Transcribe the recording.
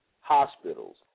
hospitals